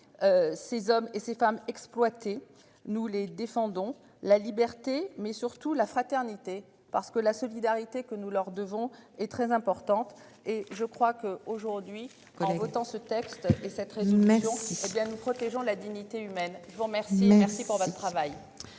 Ces hommes et ces femmes exploitées nous les défendons la liberté mais surtout la fraternité parce que la solidarité que nous leur devons est très importante et je crois que aujourd'hui les votants ce texte et cette. Sicilienne protégeant la dignité humaine vous remercie, merci pour votre travail.